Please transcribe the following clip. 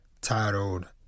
titled